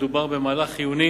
מדובר במהלך חיוני